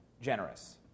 generous